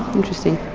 interesting.